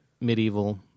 medieval